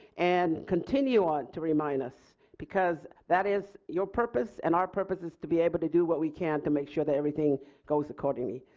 and continue on to remind us because that is your purpose and our purpose is to be able to do what we can to make sure that everything goes accordingly.